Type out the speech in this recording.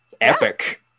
epic